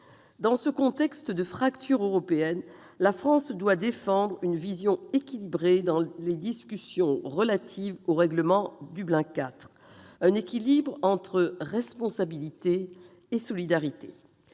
Dans ce contexte de fracture européenne, la France doit défendre une vision équilibrée dans les discussions relatives au règlement Dublin IV : un équilibre entre responsabilité et solidarité.